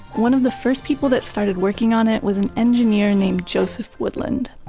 one of the first people that started working on it was an engineer named joseph woodland.